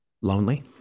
lonely